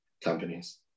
companies